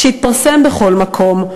שהתפרסם בכל מקום,